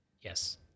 Yes